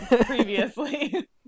previously